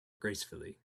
gracefully